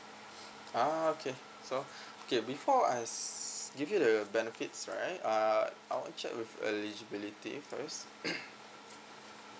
ah okay so okay before I give you the benefits right uh I'll check with eligibility first